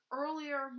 earlier